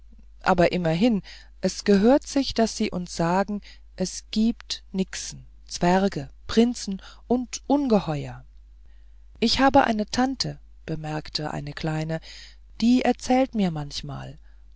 aber immerhin es gehört sich daß sie uns sagen es giebt nixen zwerge prinzen und ungeheuer ich habe eine tante bemerkte eine kleine die erzählt mir manchmal